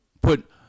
put